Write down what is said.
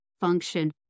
function